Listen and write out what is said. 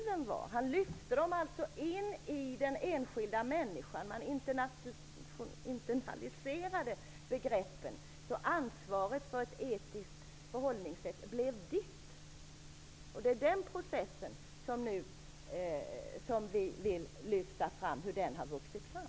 Han förklarade vilka motiven var. Han lyfte in dem i den enskilda människan. Han internaliserade begreppen. Ansvaret för ett etiskt förhållningssätt blev ditt. Vi vill lyfta fram hur den processen vuxit fram.